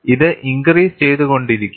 ഇത് ഇൻക്രീസ് ചെയ്തുകൊണ്ടിരിക്കും